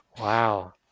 Wow